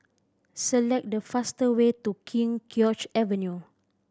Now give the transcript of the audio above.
select the fastest way to King George Avenue